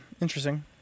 interesting